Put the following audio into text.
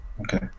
Okay